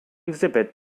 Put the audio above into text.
exhibit